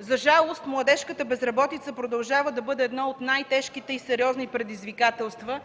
За жалост младежката безработица продължава да бъде едно от най-тежките и сериозни предизвикателства